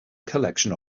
collection